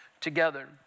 together